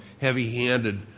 heavy-handed